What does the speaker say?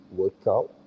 workout